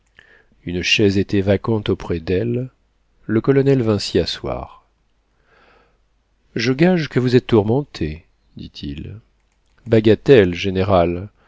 une chaise était vacante auprès d'elle le colonel vint s'y asseoir je gage que vous êtes tourmentée dit-il bagatelle général